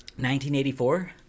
1984